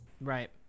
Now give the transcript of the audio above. right